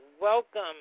welcome